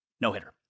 no-hitter